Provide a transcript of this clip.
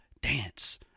dance